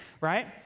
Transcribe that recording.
right